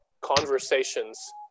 conversations